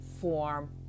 form